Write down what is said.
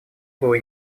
было